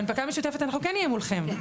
בהנפקה משותפת אנחנו כן נהיה מולכם?